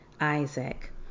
Isaac